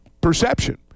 perception